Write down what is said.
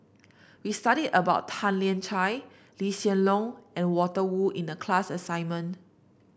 we studied about Tan Lian Chye Lee Hsien Loong and Walter Woon in the class assignment